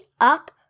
up